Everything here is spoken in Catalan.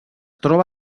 troba